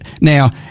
Now